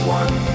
one